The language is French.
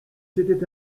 c’était